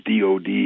DOD